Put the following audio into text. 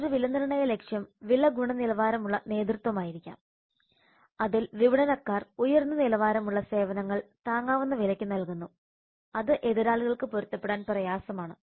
മറ്റൊരു വിലനിർണ്ണയ ലക്ഷ്യം വില ഗുണനിലവാരമുള്ള നേതൃത്വമായിരിക്കാം അതിൽ വിപണനക്കാർ ഉയർന്ന നിലവാരമുള്ള സേവനങ്ങൾ താങ്ങാവുന്ന വിലയ്ക്ക് നൽകുന്നു അത് എതിരാളികൾക്ക് പൊരുത്തപ്പെടാൻ പ്രയാസമാണ്